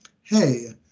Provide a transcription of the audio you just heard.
hey